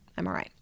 MRI